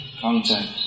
contact